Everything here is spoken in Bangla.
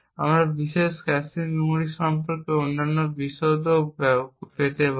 আমরা এই বিশেষ ক্যাশে মেমরি সম্পর্কে অন্যান্য বিশদও পেতে পারি